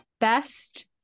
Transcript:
Best